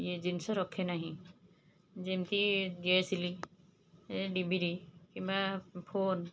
ଇଏ ଜିନିଷ ରଖେ ନାହିଁ ଯେମତି ଦିଆସିଲି ଏ ଡିବିରି କିମ୍ବା ଫୋନ୍